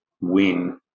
win